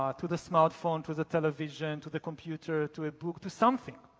ah to the smartphone, to the television, to the computer, to a book, to something.